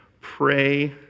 pray